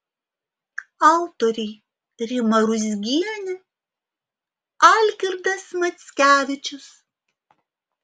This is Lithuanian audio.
autoriai rima ruzgienė algirdas mackevičius